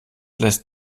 lässt